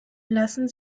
lassen